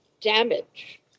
damage